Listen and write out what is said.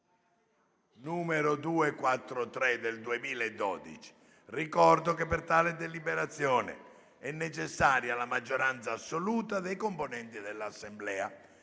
n. 243 del 2012. Avverto che per tale deliberazione è necessaria la maggioranza assoluta dei componenti dell'Assemblea.